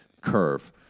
curve